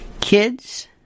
Kids